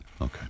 Okay